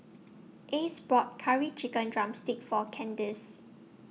Ace bought Curry Chicken Drumstick For Candice